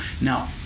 Now